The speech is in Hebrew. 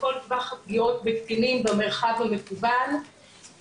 לכל טווח הפגיעות בקטינים במרחב המקוון,